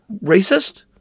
racist